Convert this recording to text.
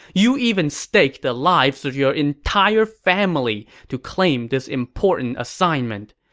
you even staked the lives of your entire family to claim this important assignment.